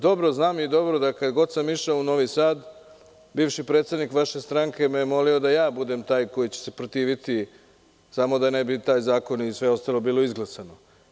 Dobro znam da kad godsam išao u Novi Sad, bivši predsednik vaše stranke me je molio da ja budem taj koji će se protiviti, samo da ne bi taj zakon i sve ostalo izglasano.